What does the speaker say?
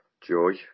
Joy